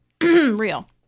Real